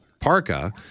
parka